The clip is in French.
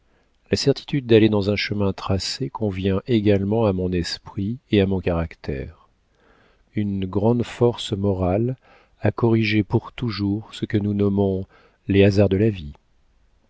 la certitude d'aller dans un chemin tracé convient également à mon esprit et à mon caractère une grande force morale a corrigé pour toujours ce que nous nommons les hasards de la vie